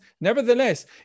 Nevertheless